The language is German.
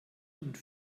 und